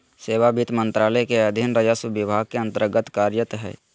सेवा वित्त मंत्रालय के अधीन राजस्व विभाग के अन्तर्गत्त कार्यरत हइ